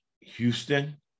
Houston